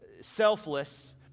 selfless